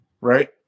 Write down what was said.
right